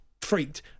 freaked